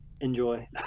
enjoy